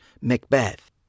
Macbeth